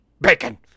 Bacon